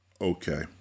Okay